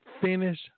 finish